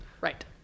Right